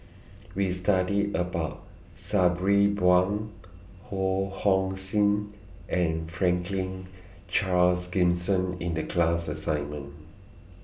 We studied about Sabri Buang Ho Hong Sing and Franklin Charles Gimson in The class assignment